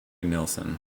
nilsson